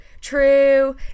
True